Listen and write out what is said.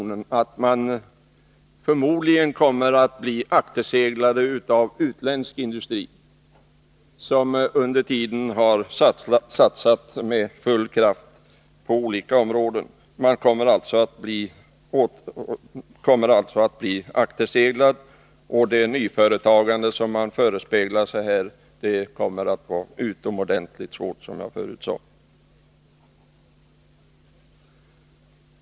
Under den tid som industriföretagen har uraktlåtit att investera har man i utlandet satsat med full kraft på olika områden. Svenska företag kommer alltså troligen att bli akterseglade, och det kommer, som jag förut sade, att bli utomordentligt svårt att få till stånd det nyföretagande som man här hyser förhoppningar om.